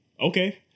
Okay